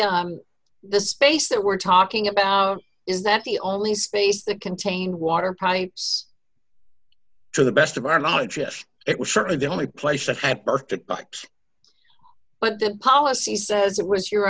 so the space that we're talking about is that the only space that contain water pipes to the best of our knowledge if it was certainly the only place that had perfect likes but the policy says it was your